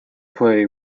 play